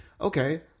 Okay